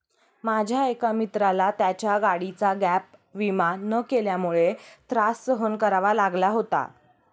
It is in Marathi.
माझ्या एका मित्राला त्याच्या गाडीचा गॅप विमा न केल्यामुळे त्रास सहन करावा लागला होता